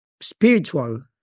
spiritual